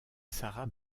sarah